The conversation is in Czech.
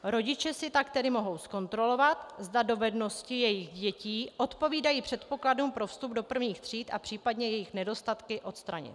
Rodiče si tak tedy mohou zkontrolovat, zda dovednosti jejich dětí odpovídají předpokladům pro vstup do prvních tříd, a případně jejich nedostatky odstranit.